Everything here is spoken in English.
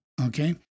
Okay